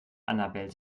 annabel